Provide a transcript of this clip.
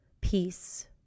peace